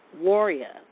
warrior